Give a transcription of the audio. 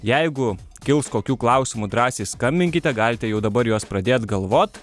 jeigu kils kokių klausimų drąsiai skambinkite galite jau dabar juos pradėt galvot